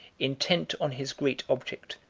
intent on his great object,